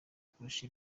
kurusha